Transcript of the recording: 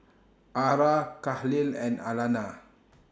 Ara Kahlil and Alana